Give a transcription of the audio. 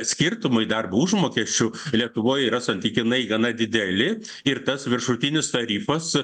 skirtumai darbo užmokesčių lietuvoj yra santykinai gana dideli ir tas viršutinis tarifas